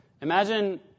Imagine